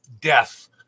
death